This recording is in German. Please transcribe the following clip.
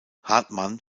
hartmann